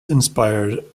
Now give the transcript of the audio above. inspired